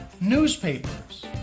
newspapers